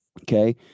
Okay